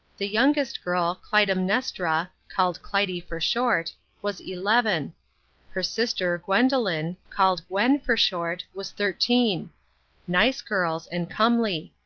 the youngest girl, clytemnestra called clytie for short was eleven her sister, gwendolen called gwen for short was thirteen nice girls, and comely.